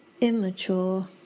immature